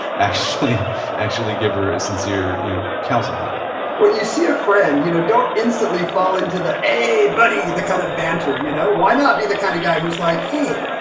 actually actually give her a sincere you know counseling there when you see a friend, you know don't instantly fall into the, ah, buddy. the kind of banter. you know why not be the kind of guy who's like, hey,